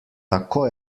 tako